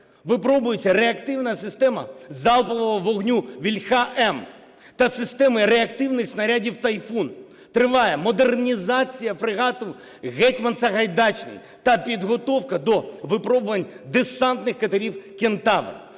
Випробовується реактивна система залпового вогню "Вільха-М" та системи реактивних снарядів "Тайфун". Триває модернізація фрегату "Гетьман Сагайдачний" та підготовка до випробувань десантних катерів "Кентавр".